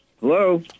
Hello